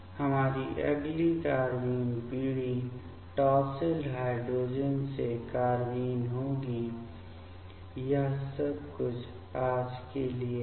हमारी अगली कार्बाइन पीढ़ी टॉसिल हाइड्राज़ोन से कार्बेन होगी यह सब कुछ आज के लिए है